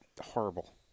horrible